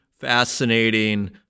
fascinating